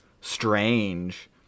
strange